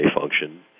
function